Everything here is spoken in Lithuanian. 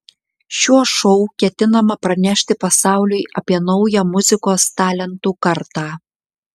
šiuo šou ketinama pranešti pasauliui apie naują muzikos talentų kartą